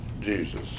Jesus